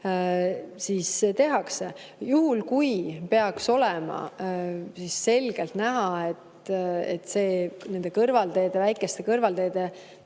tehakse. Juhul kui peaks olema selgelt näha, et nende kõrvalteede, väikeste kõrvalteede